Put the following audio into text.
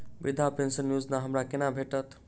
वृद्धा पेंशन योजना हमरा केना भेटत?